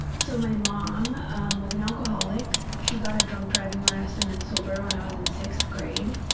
so, my mom um was an alcoholic. she got a drunk-driving arrest and then sober when i was in sixth grade.